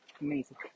Amazing